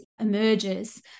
emerges